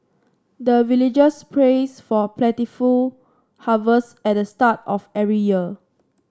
the villagers prays for plentiful harvest at the start of every year